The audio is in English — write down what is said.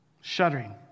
Shuddering